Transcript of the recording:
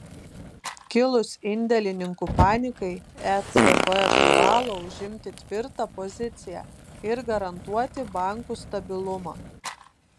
kilus indėlininkų panikai ecb privalo užimti tvirtą poziciją ir garantuoti bankų stabilumą